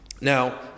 Now